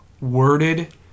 worded